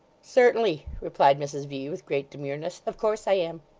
certainly, replied mrs v. with great demureness. of course i am.